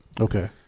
okay